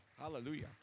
Hallelujah